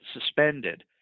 suspended